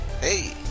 Hey